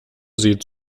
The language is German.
sieht